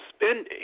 spending